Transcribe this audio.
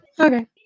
Okay